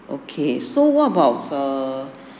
okay so what about err